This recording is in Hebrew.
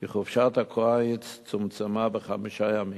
כי חופשת הקיץ צומצמה בחמישה ימים,